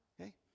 okay